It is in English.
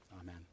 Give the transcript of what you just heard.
Amen